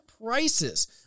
prices